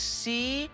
see